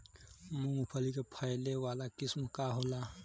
मूँगफली के फैले वाला किस्म का होला?